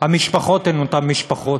המשפחות הן אותן משפחות,